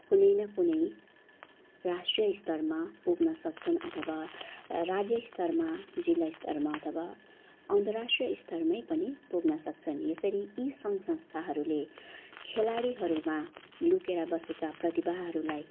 कुनै न कुनै राष्ट्र स्तरमा पुग्न सक्छन् अथवा राज्य स्तरमा जिल्ला स्तरमा अथवा अन्तराष्ट्रिय स्तरमै पनि पुग्न सक्छन् यसरी यी सङ्घ संस्थाहरूले खेलाडीहरूमा लुकेर बसेका प्रतिभाहरूलाई